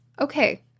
okay